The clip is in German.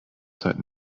zeit